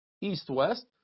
east-west